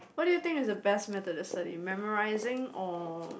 what do you think is the best method to study memorising or